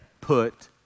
Put